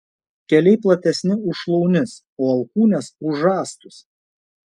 keliai platesni už šlaunis o alkūnės už žastus